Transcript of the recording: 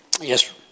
Yes